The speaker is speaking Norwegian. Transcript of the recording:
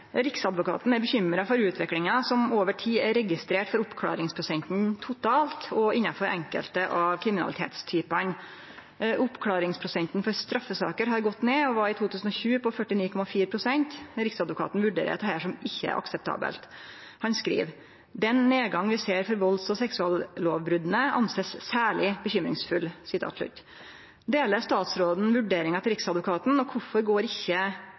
enkelte av kriminalitetstypane. Oppklaringsprosenten for straffesaker har gått ned og var i 2020 på 49,4 pst. Riksadvokaten vurderer dette som ikkje akseptabelt. Han skriv «Den nedgang vi ser for volds- og seksuallovbruddene anses særlig bekymringsfull». Deler statsråden vurderinga til Riksadvokaten, og kvifor går